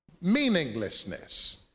Meaninglessness